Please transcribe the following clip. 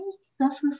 suffer